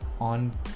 on